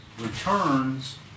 returns